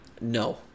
No